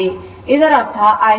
ಇದು π ಮತ್ತು ಇದು 2π ಆಗಿದೆ